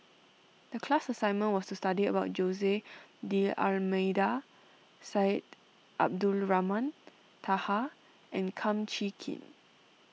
the class assignment was to study about Jose D'Almeida Syed Abdulrahman Taha and Kum Chee Kin